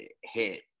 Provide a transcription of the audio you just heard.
hit